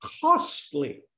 costly